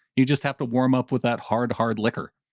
you just have to warm up with that hard hard liquor.